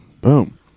Boom